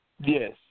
Yes